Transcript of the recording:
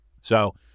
So-